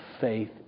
faith